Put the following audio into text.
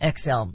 XL